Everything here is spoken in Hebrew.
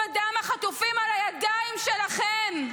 -- ודם החטופים על הידיים שלכם.